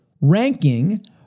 ranking